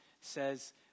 says